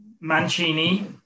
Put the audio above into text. Mancini